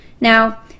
now